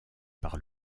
par